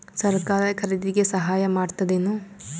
ಸರಕಾರ ಖರೀದಿಗೆ ಸಹಾಯ ಮಾಡ್ತದೇನು?